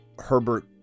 Herbert